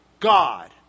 God